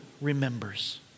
remembers